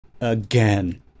again